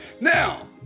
now